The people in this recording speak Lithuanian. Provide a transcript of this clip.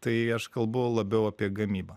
tai aš kalbu labiau apie gamybą